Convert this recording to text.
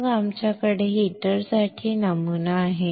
मग आपल्याकडे हीटरसाठी नमुना आहे